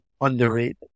underrated